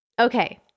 Okay